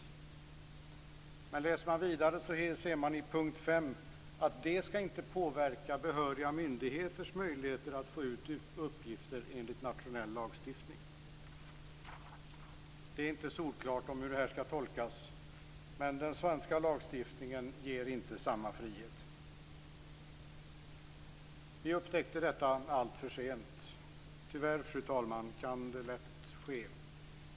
Läser man vidare ser man under punkt 5 att det inte skall påverka behöriga myndigheters möjligheter att få uppgifter enligt nationell lagstiftning. Det är inte solklart hur detta skall tolkas, men den svenska lagstiftningen ger inte samma frihet. Vi upptäckte detta allför sent. Tyvärr, fru talman, kan det lätt ske.